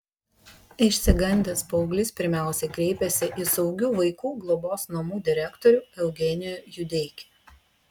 išsigandęs paauglys pirmiausiai kreipėsi į saugų vaikų globos namų direktorių eugenijų judeikį